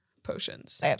potions